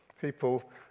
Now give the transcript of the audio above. People